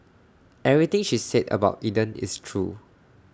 everything she said about Eden is true